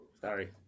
sorry